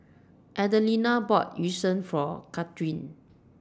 Adelina bought Yu Sheng For Kathryn